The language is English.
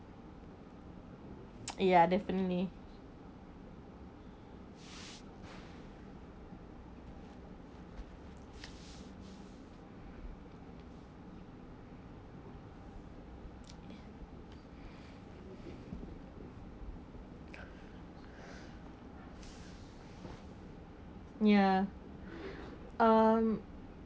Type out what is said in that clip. ya definitely ya um